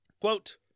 Quote